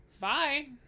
bye